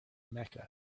mecca